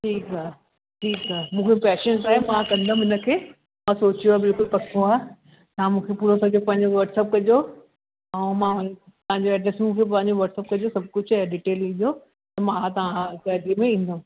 ठीकु आहे ठीकु आहे मूंखे पैशनस आहे मां कंदमि हिन खे मां सोचियो आहे बिल्कुलु पको आहे तव्हां मूंखे पूरो पंहिंजो पंहिंजो वाट्स अप कजो ऐं मां तव्हांजो एड्रेस बि पंहिंजो वाट्स अप कजो सभु कुझु ऐं डिटेल ॾिजो त मां हा त हा डेली ईंदमि